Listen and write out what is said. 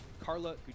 Carla